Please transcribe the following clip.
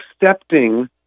accepting